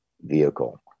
vehicle